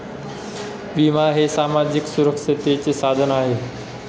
विमा हे सामाजिक सुरक्षिततेचे साधन आहे